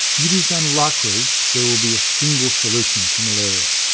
it is unlikely there will be a single solution to malaria.